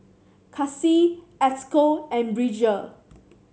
Casie Esco and Bridger